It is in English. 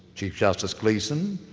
chief justice gleeson,